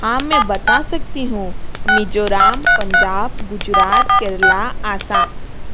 हाँ मैं बता सकती हूँ मिजोरम पंजाब गुजरात केरल असम